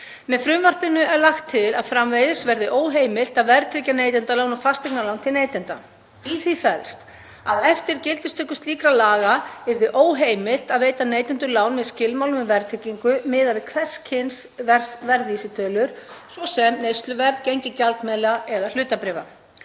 Með frumvarpinu er lagt til að framvegis verði óheimilt að verðtryggja neytendalán og fasteignalán til neytenda. Í því felst að eftir gildistöku slíkra laga yrði óheimilt að veita neytendum lán með skilmálum um verðtryggingu miðað við hvers kyns verðvísitölur, svo sem neysluverð, gengi gjaldmiðla eða hlutabréfa.